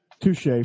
Touche